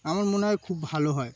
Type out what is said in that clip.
আমার মনে হয় খুব ভালো হয়